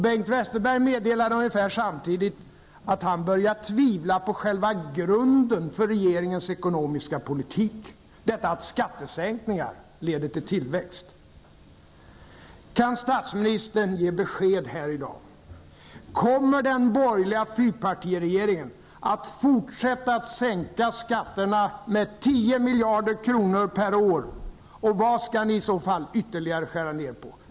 Bengt Westerberg meddelade ungefär samtidigt att han började tvivla på själva grunden för regeringens ekonomiska politik, detta att skattesänkningar leder till tillväxt. Kan statsministern ge besked här i dag: Kommer den borgerliga fyrpartiregeringen att fortsätta att sänka skatterna med 10 miljarder kronor per år, och vad skall ni i så fall ytterligare skära ned på?